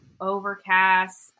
Overcast